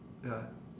ya